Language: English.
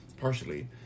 Partially